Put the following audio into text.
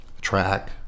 track